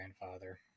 grandfather